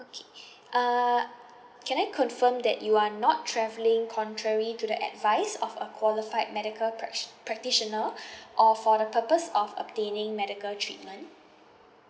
okay uh can I confirm that you are not travelling contrary to the advice of a qualified medical prac~ practitioner or for the purpose of obtaining medical treatment